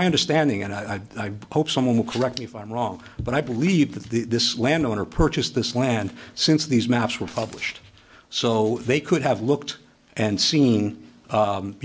my understanding and i hope someone will correct me if i'm wrong but i believe that the landowner purchased this land since these maps were published so they could have looked and seen